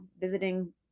visiting